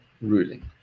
ruling